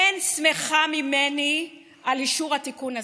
אין שמחה ממני על אישור התיקון הזה.